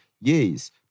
Yes